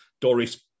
Doris